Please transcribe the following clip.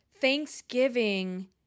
Thanksgiving